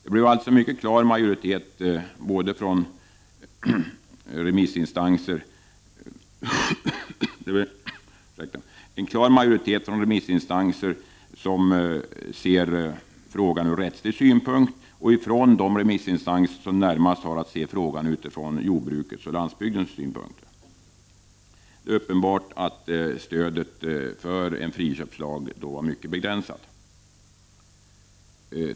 Det blev alltså en mycket klar majoritet både från remissinstanser som ser frågan ur rättslig synpunkt, och från remissinstanser som närmast har att se frågan från jordbrukets och landsbygdens synpunkter. Det är uppenbart att stödet för en friköpslag då var mycket begränsat.